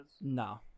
No